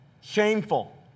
shameful